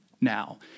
now